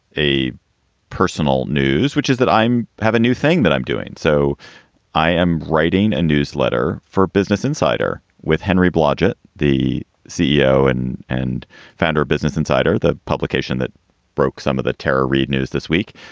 a personal news, which is that i'm have a new thing that i'm doing. so i am writing a newsletter for business insider with henry blodget, the ceo and and founder, business insider, the publication that broke some of the terror read news this week.